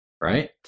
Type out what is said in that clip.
right